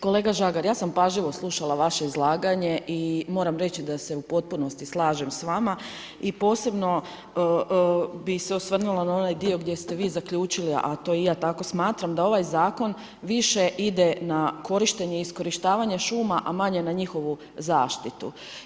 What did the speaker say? Kolega Žagar, ja sam pažljivo slušala vaše izlaganje i moram reći da se u potpunosti slažem s vama i posebno bih se osvrnula na onaj dio gdje ste vi zaključili, a to i ja tako smatram, da ovaj Zakon više ide na korištenje i iskorištavanje šuma, a manje na njihovu zaštitu.